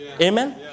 Amen